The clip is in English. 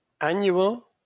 annual